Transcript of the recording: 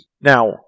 Now